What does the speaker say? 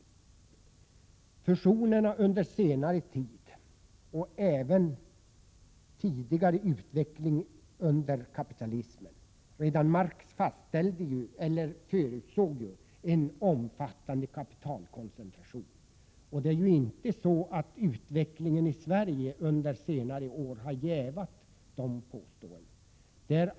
Fusionerna och utvecklingen i Sverige under senare år och även tidigare utveckling under kapitalismen — redan Marx förutsåg ju en omfattande kapitalkoncentration — har jävat sådana påståenden.